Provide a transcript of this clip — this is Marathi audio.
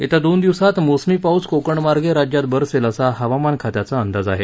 येत्या दोन दिक्सात मोसमी पाऊस कोकणमागें राज्यात बरसेल असा हवामान खात्याचा अंदाज आहे